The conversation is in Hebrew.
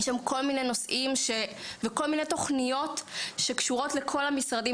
יש שם כל מיני נושאים וכל מיני תוכניות שקשורות לכל המשרדים.